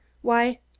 why,